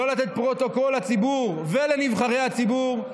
לא לתת פרוטוקול לציבור ולנבחרי הציבור,